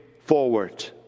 forward